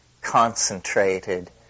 concentrated